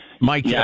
Mike